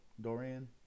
Dorian